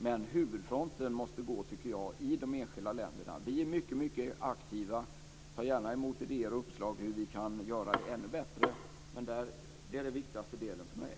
Men huvudfronten måste gå, tycker jag, i de enskilda länderna. Vi är mycket, mycket aktiva och tar gärna emot idéer och uppslag om hur vi kan göra det ännu bättre. Det är den viktigaste delen för mig.